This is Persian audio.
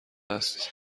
است